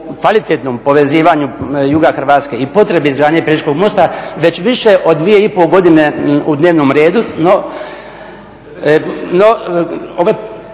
kvalitetnom povezivanju juga Hrvatske i potrebi izgradnje Pelješkog mosta već više od 2,5 godine u dnevnom redu, ovdje